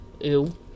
Ew